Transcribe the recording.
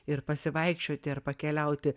ir pasivaikščioti ar pakeliauti